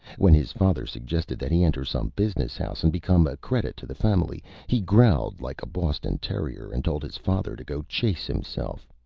when his father suggested that he enter some business house, and become a credit to the family, he growled like a boston terrier, and told his father to go chase himself.